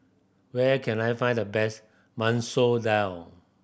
where can I find the best Masoor Dal